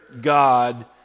God